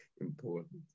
important